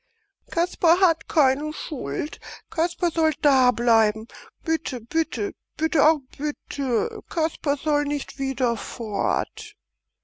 kasper hat keine schuld kasper soll dableiben bitte bitte bitte ach bitte kasper soll nicht wieder fort